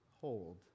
hold